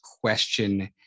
question